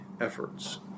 efforts